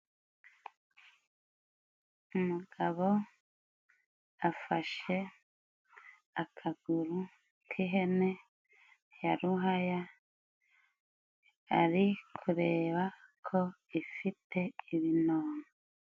Umugabo afashe akaguru k'ihene ya Ruhaya, ari kureba ko ifite ibinono.